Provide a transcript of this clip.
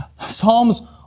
psalms